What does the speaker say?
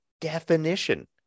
definition